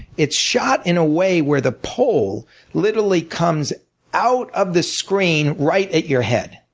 it's shot in a way where the pole literally comes out of the screen right at your head.